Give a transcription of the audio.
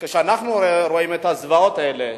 שכשאנחנו רואים את הזוועות האלה,